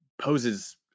poses